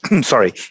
sorry